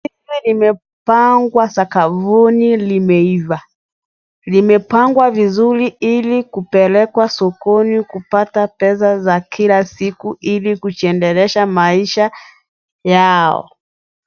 Liche limepangwa sakufi limeiva. Limepangwa sakafuni ili kupelekwa sokoni kupata pesa za kila siku ili kujiendelesha maisha yao.